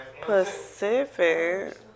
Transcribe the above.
Pacific